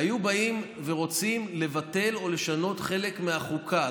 היו באים ורוצים לבטל או לשנות חלק מהחוקה.